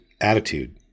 attitude